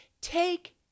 Take